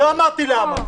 לא אמרתי למה.